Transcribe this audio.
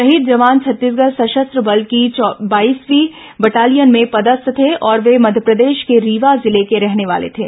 शहीद जवान छत्तीसगढ़ सशस्त्र बल की बाईसवीं बटालियन में पदस्थ थे और वे मध्यप्रदेश के रींवा जिले के रहने वाले थे